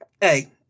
hey